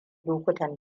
lokutan